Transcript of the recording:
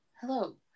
hello